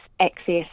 access